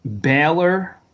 Baylor